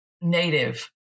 native